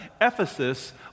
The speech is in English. Ephesus